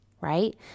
right